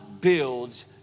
builds